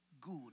good